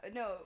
no